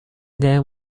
name